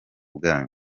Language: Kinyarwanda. bwanyu